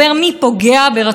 ברשות המחוקקת.